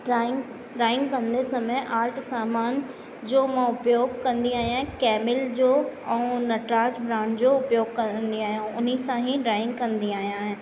drawing drawing कंदे समय art सामान जो मां उपयोग कंदी आहियां कैमिल जो ऐं नटराज ब्रांड जो उपयोग कंदी आहियां हुन सां ही ड्राइंग कंदी आहियां